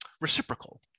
reciprocal